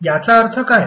याचा अर्थ काय